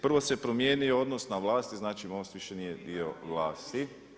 Prvo se promijenio odnos na vlasti, znači MOST nije više dio vlasti.